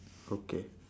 okay